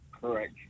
Correct